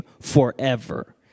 forever